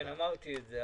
כן, אמרתי את זה.